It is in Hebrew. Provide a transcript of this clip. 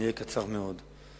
אני אהיה קצר מאוד.